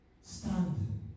standing